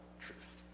truth